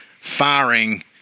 firing